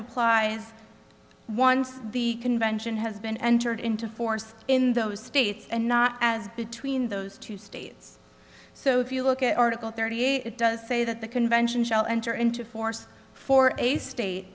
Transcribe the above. applies once the convention has been entered into force in those states and not as between those two states so if you look at article thirty eight it does say that the convention shall enter into force for a state